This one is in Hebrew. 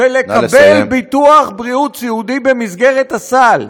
ולקבל ביטוח בריאות סיעודי במסגרת הסל.